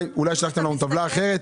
אולי שלחתם לנו טבלה אחרת?